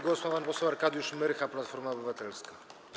Głos ma pan poseł Arkadiusz Myrcha, Platforma Obywatelska.